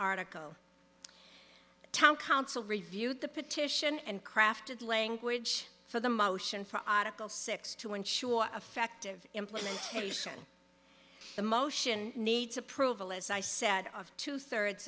article town council reviewed the petition and crafted language for the motion for article six to ensure effective implementation the motion needs approval as i said of two thirds